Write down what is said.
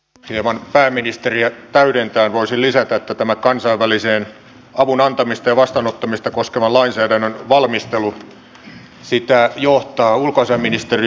hieman pääministeriä täydentäen voisin lisätä että tämän kansainvälisen avun antamista ja vastaanottamista koskevan lainsäädännön valmistelua johtaa ulkoasiainministeriö